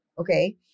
Okay